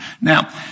Now